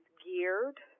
geared